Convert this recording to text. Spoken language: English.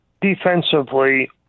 defensively